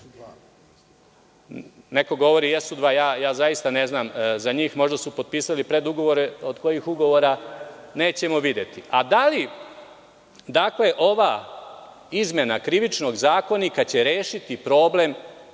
Neko govori jesu dva. Ja zaista ne znam za njih. Možda su potpisali predugovore, od kojih ugovora nećemo videti. Dakle, ova izmena Krivičnog zakonika će rešiti problem